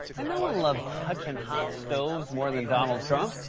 and no one loves touching hot stoves more than donald trump.